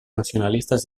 nacionalistes